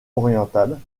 orientale